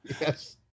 Yes